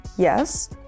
Yes